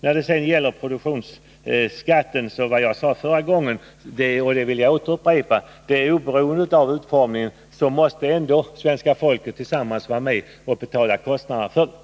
När det gäller produktionsskatten vill jag upprepa vad jag sade förra gången, att oberoende av utformningen måste svenska folket gemensamt betala kostnaderna för den.